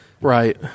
Right